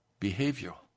behavioral